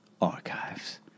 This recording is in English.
archives